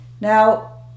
Now